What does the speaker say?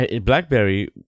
blackberry